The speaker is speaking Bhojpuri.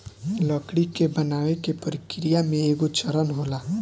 लकड़ी के बनावे के प्रक्रिया में एगो चरण होला